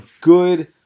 good